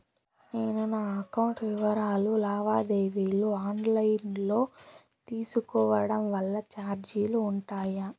నేను నా అకౌంట్ వివరాలు లావాదేవీలు ఆన్ లైను లో తీసుకోవడం వల్ల చార్జీలు ఉంటాయా?